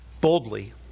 boldly